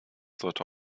sollte